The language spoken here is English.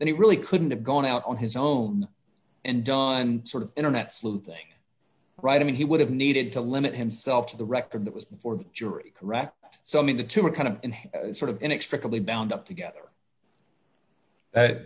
then he really couldn't have gone out on his own and don sort of internet sleuthing right i mean he would have needed to limit himself to the record that was before the jury correct so i mean the two are kind of sort of inextricably bound up together